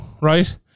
right